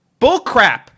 Bullcrap